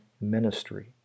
ministry